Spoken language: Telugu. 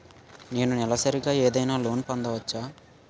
నేను నెలసరిగా ఏదైనా లోన్ పొందవచ్చా?